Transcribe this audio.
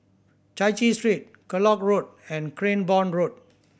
Chai Chee Street Kellock Road and Cranborne Road